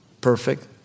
perfect